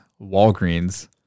Walgreens